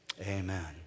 amen